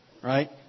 Right